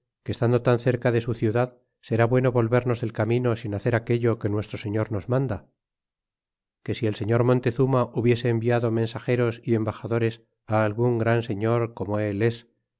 que estando tan cerca de su ciudad será bueno volvernos del camino sin hacer aquello que nuestro señor nos manda que si el señor montezuma hubiese enviado mensageros y embaxadores á algun gran señor como él es